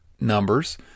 numbers